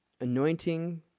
anointing